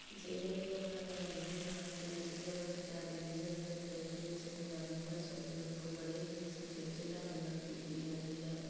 ਜਿਵੇਂ ਕਿ ਆਪਾਂ ਜਾਣਦੇ ਹਾਂ ਕਿ ਮੀਡੀਆ ਵਿੱਚ ਟੈਲੀਵਿਜ਼ਨ ਅਤੇ ਪ੍ਰਿੰਟ ਵਿੱਚ ਪੰਜਾਬੀ ਭਾਸ਼ਾ ਦੀ ਵਰਤੋਂ ਬੜੇ ਹੀ ਸੁਚੱਜੇ ਢੰਗ ਨਾਲ ਕੀਤੀ ਜਾਂਦੀ ਆ